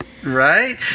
Right